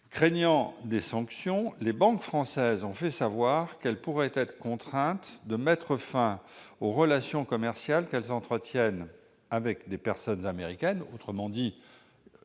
Craignant des sanctions, les banques françaises ont fait savoir qu'elles pourraient être contraintes de mettre fin aux relations commerciales qu'elles entretiennent avec des « personnes américaines », autrement dit